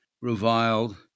reviled